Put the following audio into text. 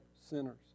sinners